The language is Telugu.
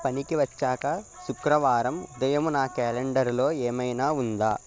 పనికి వచ్చాక శుక్రువారం ఉదయము నా కేలెండర్లో ఏమైనా వుందా